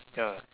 ya